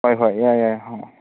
ꯍꯣꯏ ꯍꯣꯏ ꯌꯥꯏ ꯌꯥꯏ ꯍꯣꯏ